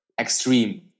extreme